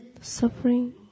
Suffering